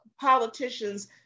politicians